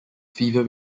fever